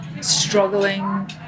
struggling